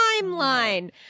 timeline